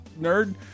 nerd